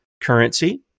currency